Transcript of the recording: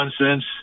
nonsense